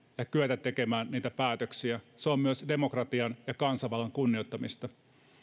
ja kyetä tekemään päätöksiä se on myös demokratian ja kansanvallan kunnioittamista